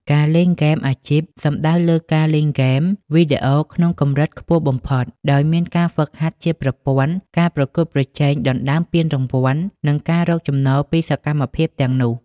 ការលេងហ្គេមអាជីព សំដៅលើការលេងហ្គេមវីដេអូក្នុងកម្រិតខ្ពស់បំផុត ដោយមានការហ្វឹកហាត់ជាប្រព័ន្ធ ការប្រកួតប្រជែងដណ្តើមពានរង្វាន់ និងការរកចំណូលពីសកម្មភាពទាំងនោះ។